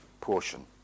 portion